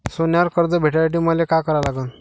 सोन्यावर कर्ज भेटासाठी मले का करा लागन?